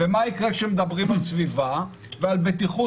ומה יקרה כשמדברים על סביבה ועל בטיחות?